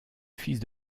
fils